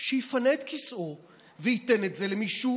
שיפנה את כיסאו וייתן את זה למישהו